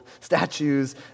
statues